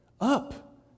Up